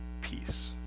peace